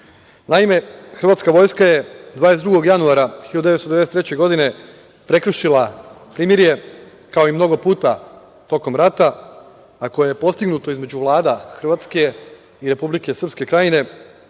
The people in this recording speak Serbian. hrvatska vojska je 22. januara 1993. godine prekršila primirje, kao i mnogo puta tokom rata, a koje je postignuto između vlada Hrvatske i Republike Srpske Krajine,